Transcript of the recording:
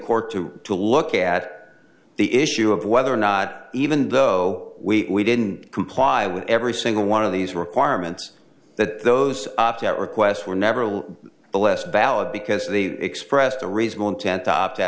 court to to look at the issue of whether or not even though we didn't comply with every single one of these requirements that those opt out requests were never will be less valid because they expressed a reasonable intent to opt out